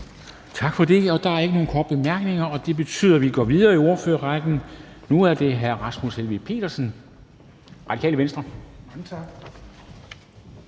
Tak for det. Der er ikke nogen korte bemærkninger, og det betyder, at vi går videre i ordførerrækken. Nu er det hr. Rasmus Helveg Petersen, Radikale Venstre.